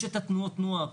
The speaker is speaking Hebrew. יש תנועות נוער.